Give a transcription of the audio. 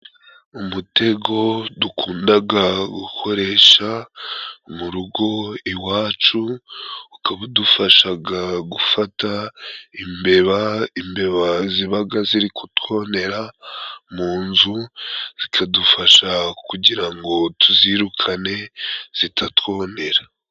Umutego dukundaga gukoresha mu rugo iwacu, ukaba udufashaga gufata imbeba, imbeba zibaga ziri kutwonera mu nzu zikadufasha kugira ngo tuzirukane zitatwonera.